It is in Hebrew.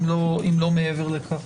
אם לא מעבר לכך.